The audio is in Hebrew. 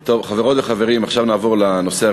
אז עשיתי את זה.